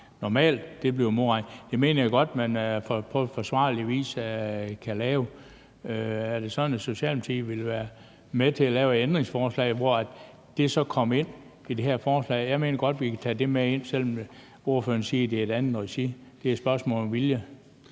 normalt arbejde bliver modregnet, så mener jeg godt, at man på forsvarlig vis kan gøre det. Er det sådan, at Socialdemokratiet vil være med til at stille et ændringsforslag, hvor det så kommer ind? Jeg mener godt, at vi kan tage det med ind, selv om ordføreren siger, at det skal være i et andet regi; det er et spørgsmål om vilje.